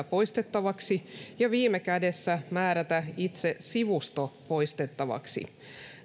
poistettavaksi ja viime kädessä määrätä itse sivusto poistettavaksi